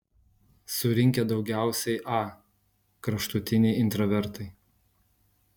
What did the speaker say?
surinkę daugiausiai a kraštutiniai intravertai